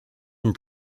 and